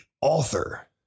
author